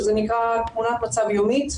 שזה נקרא "תמונת מצב יומית",